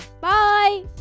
Bye